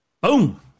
Boom